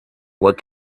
what